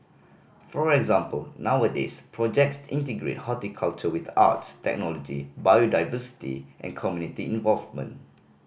for example nowadays projects integrate horticulture with arts technology biodiversity and community involvement